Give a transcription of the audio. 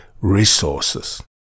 resources